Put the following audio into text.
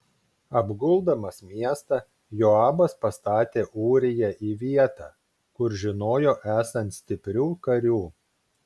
apguldamas miestą joabas pastatė ūriją į vietą kur žinojo esant stiprių karių